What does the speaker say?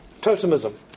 totemism